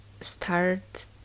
start